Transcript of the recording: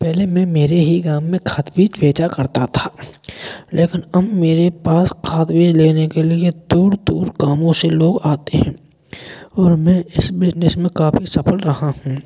पहले मैं मेरे ही गाँव में खाद बीज बेचा करता था लेकिन अब मेरे पास खाद बीज लेने के लिए दूर दूर गाँवों से लोग आते हैं और मैं इस बिजनेस में काफ़ी सफल रहा हूँ